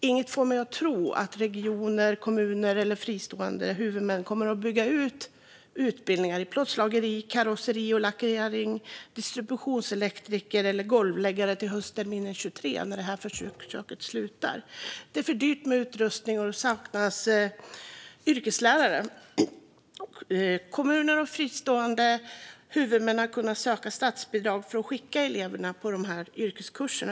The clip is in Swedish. Inget får mig att tro att regioner, kommuner eller fristående huvudmän kommer att bygga ut utbildningar i plåtslageri, karosseri och lackering, distributionselektronik eller golvläggning till höstterminen 2023, när försöket slutar. Det är för dyrt med utrustning, och det saknas yrkeslärare. Kommuner och fristående huvudmän har kunnat söka statsbidrag för att skicka eleverna på dessa yrkeskurser.